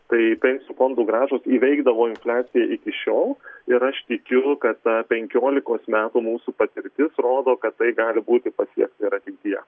tai pensijų fondų grąžos įveikdavo infliaciją iki šiol ir aš tikiu kad penkiolikos metų mūsų patirtis rodo kad tai gali būti pasiekta ir ateityje